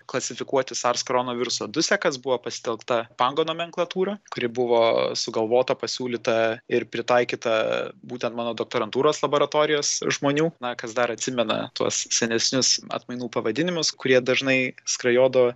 klasifikuoti sars koronoviruso du sekas buvo pasitelkta pango nomenklatūra kuri buvo sugalvota pasiūlyta ir pritaikyta būtent mano doktorantūros laboratorijos žmonių na kas dar atsimena tuos senesnius atmainų pavadinimus kurie dažnai skrajodavo